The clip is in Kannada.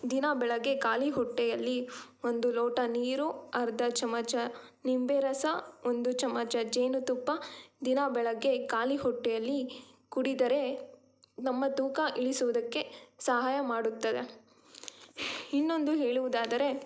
ದಿನ ಬೆಳಗ್ಗೆ ಖಾಲಿ ಹೊಟ್ಟೆಯಲ್ಲಿ ಒಂದು ಲೋಟ ನೀರು ಅರ್ಧ ಚಮಚ ನಿಂಬೆ ರಸ ಒಂದು ಚಮಚ ಜೇನುತುಪ್ಪ ದಿನ ಬೆಳಗ್ಗೆ ಖಾಲಿ ಹೊಟ್ಟೆಯಲ್ಲಿ ಕುಡಿದರೆ ನಮ್ಮ ತೂಕ ಇಳಿಸುವುದಕ್ಕೆ ಸಹಾಯ ಮಾಡುತ್ತದೆ ಇನ್ನೊಂದು ಹೇಳುವುದಾದರೆ